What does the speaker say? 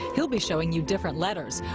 he'll be showing you different letters.